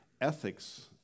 ethics